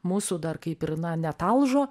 mūsų dar kaip ir na netalžo